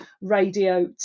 radio